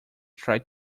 try